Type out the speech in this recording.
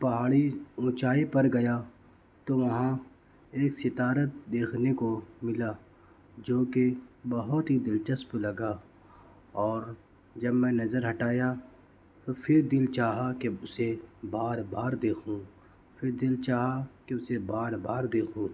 پہاڑی اونچائی پر گیا تو وہاں ایک ستارہ دیکھنے کو ملا جو کہ بہت ہی دلچسپ لگا اور جب میں نظر ہٹایا تو پھر دل چاہا کہ اسے بار بار دیکھوں پھر دل چاہا کہ اسے بار بار دیکھوں